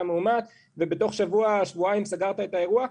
מאומת ובתוך שבוע-שבועיים סגרת את האירוע.